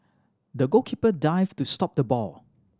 the goalkeeper dived to stop the ball